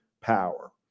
power